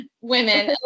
women